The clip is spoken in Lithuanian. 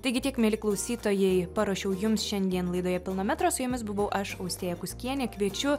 taigi tiek mieli klausytojai paruošiau jums šiandien laidoje pilno metro su jumis buvau aš austėja kuskienė kviečiu